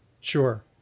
Sure